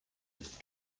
and